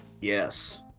yes